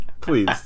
Please